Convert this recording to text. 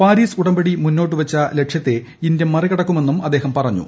Paris ഉടമ്പടി മുന്നോട്ടു വച്ച ലക്ഷ്യത്തെ ഇന്ത്യ മറികടക്കുമെന്നും അദ്ദേഹം പറഞ്ഞു